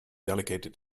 delegated